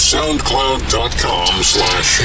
SoundCloud.com/slash